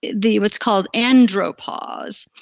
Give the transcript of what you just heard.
the what's called andropause,